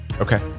Okay